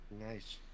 Nice